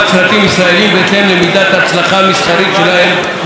בהתאם למידת ההצלחה המסחרית שלהם בבתי הקולנוע,